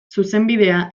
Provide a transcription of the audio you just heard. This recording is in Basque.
zuzenbidea